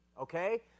Okay